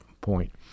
point